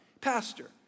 Pastor